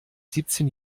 siebzehn